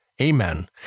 Amen